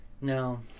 no